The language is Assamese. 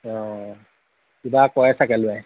অঁ কিবা কয় চাগে ল'ৰাই